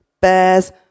Bears